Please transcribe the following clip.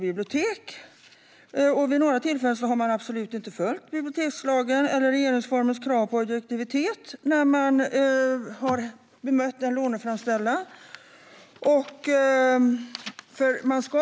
Vid några tillfällen har man absolut inte följt bibliotekslagen eller regeringsformens krav på objektivitet när man har bemött en låneframställan.